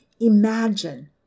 Imagine